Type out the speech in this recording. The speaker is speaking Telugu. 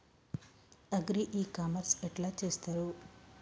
అగ్రి ఇ కామర్స్ ఎట్ల చేస్తరు?